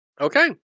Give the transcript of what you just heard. Okay